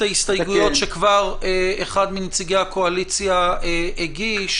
ההסתייגויות שכבר אחד מנציגי האופוזיציה הגיש,